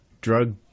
drug